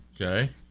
Okay